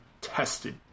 tested